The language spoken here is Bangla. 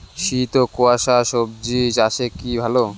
শীত ও কুয়াশা স্বজি চাষে কি ভালো?